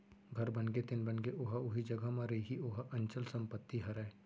घर बनगे तेन बनगे ओहा उही जघा म रइही ओहा अंचल संपत्ति हरय